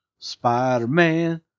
spider-man